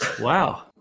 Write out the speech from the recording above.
Wow